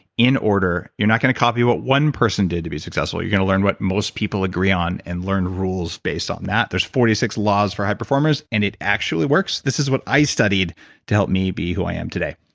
in order. you're not going to copy what one person did to be successful, you're going to learn what most people agree on and learn rules based on that. there's forty six laws for high performance, and it actually works. this is what i studied to help me be who i am today.